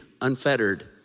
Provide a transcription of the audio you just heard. unfettered